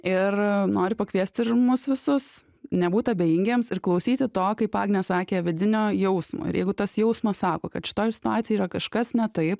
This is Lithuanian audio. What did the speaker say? ir noriu pakviesti ir mus visus nebūt abejingiems ir klausyti to kaip agnė sakė vidinio jausmo ir jeigu tas jausmas sako kad šitoj situacijoj yra kažkas ne taip